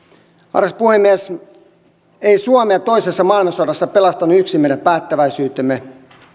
arvoisa puhemies ei suomea toisessa maailmansodassa pelastanut yksin meidän päättäväisyytemme